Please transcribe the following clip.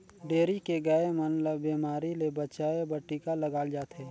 dairy के गाय मन ल बेमारी ले बचाये बर टिका लगाल जाथे